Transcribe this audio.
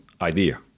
idea